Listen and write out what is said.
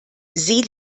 sie